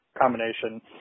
combination